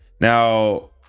Now